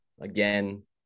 again